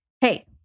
hey